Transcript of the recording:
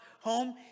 home